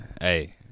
Hey